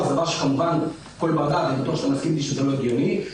זה דבר שכמובן כל בר דעת יסכים שזה לא הגיוני.